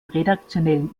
redaktionellen